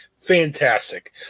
Fantastic